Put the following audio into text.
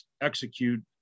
execute